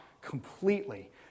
completely